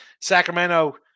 Sacramento